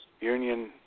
union